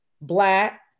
Black